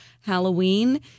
Halloween